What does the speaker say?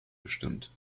bestimmt